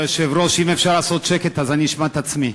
אם אפשר לעשות שקט, אז אני אשמע את עצמי.